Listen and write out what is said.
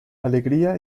alegría